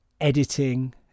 editing